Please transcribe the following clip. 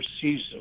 season